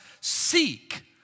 seek